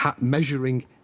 measuring